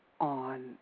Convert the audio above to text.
on